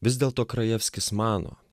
vis dėlto krajevskis mano